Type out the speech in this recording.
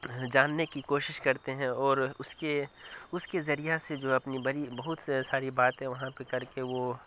جاننے کی کوشش کرتے ہیں اور اس کے اس کے ذریعہ سے جو ہے اپنی بڑی بہت ساری باتیں وہاں پہ کر کے وہ